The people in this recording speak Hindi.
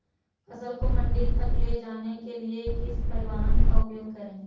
फसल को मंडी तक ले जाने के लिए किस परिवहन का उपयोग करें?